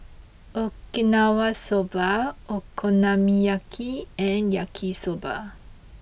Okinawa Soba Okonomiyaki and Yaki Soba